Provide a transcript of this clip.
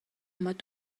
اومد